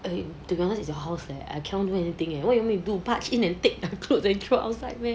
eh that one is your house leh I cannot do anything eh what you want me to do barge in and take their clothes and throw outside meh